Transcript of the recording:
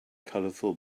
colorful